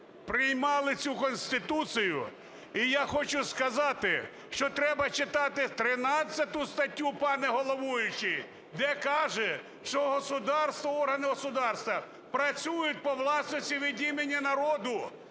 приймали цю Конституцію. І я хочу сказати, що треба читати 13 статтю, пане головуючий, де говориться, що государство, органи государства працюють по власності від імені народу.